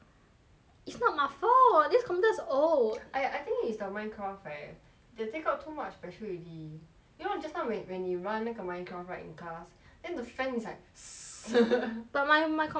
it's not my fault this computer is old I I think is the Minecraft right that take up too much battery already you know just now when when 你 run 那个 Minecraft right in class then the fan is like but my my comp~ oh ya true